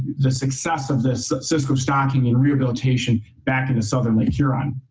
the success of this cisco stocking and rehabilitation back in the southern lake huron.